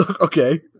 Okay